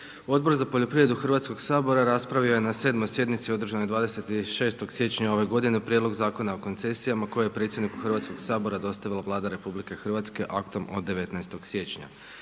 Odbor za poljoprivredu Hrvatskog sabora raspravio je na 7. sjednici održanoj 26. siječnja ove godine Prijedlog zakona o koncesijama koje je predsjedniku Hrvatskog sabora dostavila Vlada RH aktom od 19. siječnja.